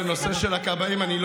שלחו את בוסו לענות על הכבאים?